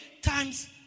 times